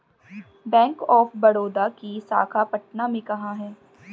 Bank of Baroda की शाखा पटना में कहाँ है?